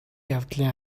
явдлын